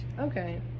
Okay